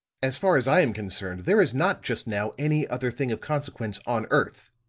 as far as i am concerned, there is not, just now, any other thing of consequence on earth.